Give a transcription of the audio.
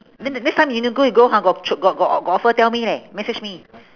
then the next time uniqlo you go ha got ch~ got got of~ got offer tell me leh message me